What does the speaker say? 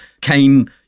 came